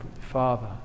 Father